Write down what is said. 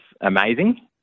amazing